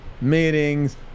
meetings